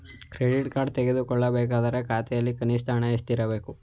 Credit card ತೆಗೆದುಕೊಳ್ಳಬೇಕಾದರೆ ಖಾತೆಯಲ್ಲಿ ಕನಿಷ್ಠ ಎಷ್ಟು ಹಣ ಇರಬೇಕು?